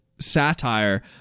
satire